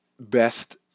Best